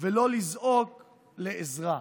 ולא לזעוק לעזרה.